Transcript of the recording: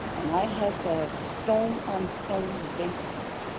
and i have a stone on stone basement,